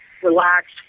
relaxed